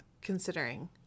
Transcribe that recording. considering